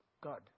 God